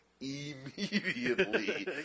immediately